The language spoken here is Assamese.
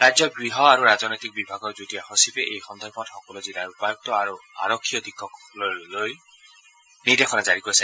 ৰাজ্যৰ গৃহ আৰু ৰাজনৈতিক বিভাগৰ যুটীয়া সচিবে এই সন্দৰ্ভত সকলো জিলাৰ উপায়ুক্ত আৰু আৰক্ষী অধীক্ষকসকললৈ নিৰ্দেশনা জাৰি কৰিছে